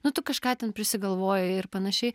nu tu kažką ten prisigalvojai ir panašiai